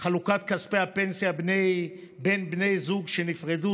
חלוקת כספי הפנסיה בין בני זוג שנפרדו.